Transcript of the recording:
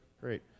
great